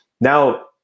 now